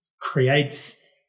creates